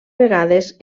vegades